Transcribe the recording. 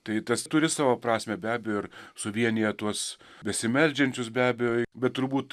tai tas turi savo prasmę be abejo ir suvienija tuos besimeldžiančius be abejo bet turbūt